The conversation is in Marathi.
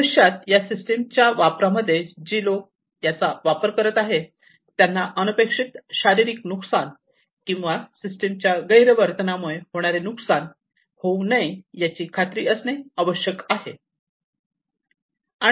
भविष्यात या सिस्टीम च्या वापरामध्ये जी लोक याचा वापर करत आहेत त्यांना अनपेक्षित शारीरिक नुकसान किंवा सिस्टीमच्या गैरवर्तनामुळे होणारे नुकसान होऊ नये याची खात्री असणे आवश्यक आहे